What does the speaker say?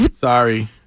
Sorry